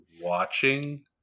watching